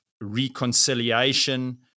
reconciliation